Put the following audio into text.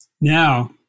Now